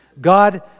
God